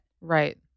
right